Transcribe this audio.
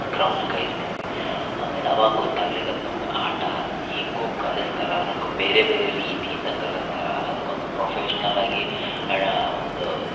ಗ್ರೌಂಡಿನಾಗ ಇರ್ತಿದ್ವಿ ಆಮೇಲೆ ಅವಾಗ ಗೊತ್ತಾಗ್ಲಿಕ್ಕತ್ತು ನಮ್ಗೆ ಆಟ ಹೀಗು ಕಲಿಸ್ತಾರೆ ಅದಕ್ಕೆ ಬೇರೆ ಬೇರೆ ರೀತಿಯಿಂದ ಕಲಿಸ್ತಾರ ಅದಕ್ಕೊಂದು ಪ್ರೊಫೆಷ್ನಲ್ ಆಗಿ ಅದಾ ಒಂದು